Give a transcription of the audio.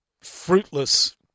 fruitless